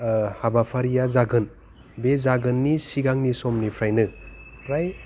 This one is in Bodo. हाबाफारिया जागोन बे जागोननि सिगांनि समनिफ्रायनो फ्राय